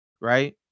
right